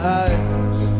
eyes